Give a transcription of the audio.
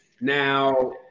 now